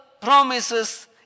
promises